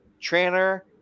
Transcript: Trainer